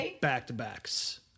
back-to-backs